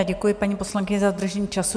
Děkuji, paní poslankyně, za dodržení času.